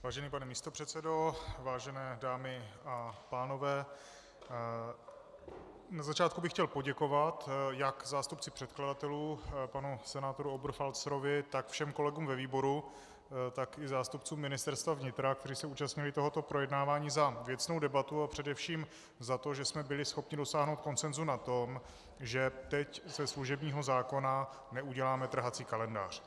Vážený pane místopředsedo, vážené dámy a pánové, na začátku bych chtěl poděkovat jak zástupci předkladatelů panu senátoru Oberfalzerovi, tak všem kolegům ve výboru, tak i zástupcům Ministerstva vnitra, kteří se účastnili tohoto projednávání, za věcnou debatu a především za to, že jsme byli schopni dosáhnout konsenzu na tom, že teď ze služebního zákona neuděláme trhací kalendář.